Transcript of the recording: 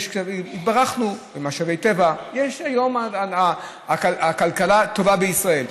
התברכנו במשאבי טבע, היום הכלכלה טובה בישראל.